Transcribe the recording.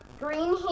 Green